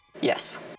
Yes